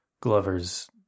glover's